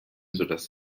sodass